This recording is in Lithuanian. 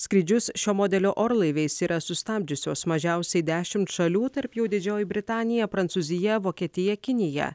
skrydžius šio modelio orlaiviais yra sustabdžiusios mažiausiai dešim šalių tarp jų didžioji britanija prancūzija vokietija kinija